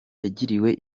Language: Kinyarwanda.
yagiriwe